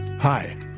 Hi